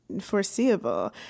foreseeable